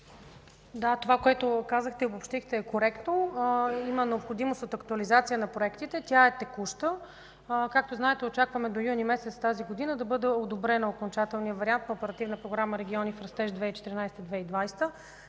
Да, това, което казахте и обобщихте, е коректно. Има необходимост от актуализация на проектите. Тя е текуща. Както знаете, очакваме до месец юни тази година да бъде одобрен окончателният вариант на Оперативна програма „Региони в растеж 2014 – 2020